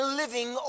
living